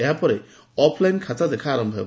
ଏହାପରେ ଅଫ୍ଲାଇନ୍ ଖାତାଦେଖା ଆରୟ ହେବ